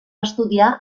estudiar